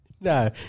No